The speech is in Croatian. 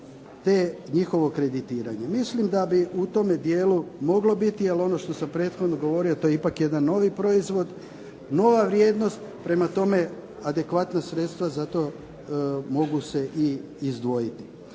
te njihovo kreditiranje. Mislim da bi u tome dijelu moglo biti jer ono što sam prethodno govorio to je ipak jedan novi proizvod, nova vrijednost, prema tome adekvatna sredstva za to mogu se i izdvojiti.